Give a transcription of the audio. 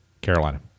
Carolina